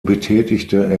betätigte